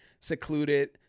secluded